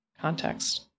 context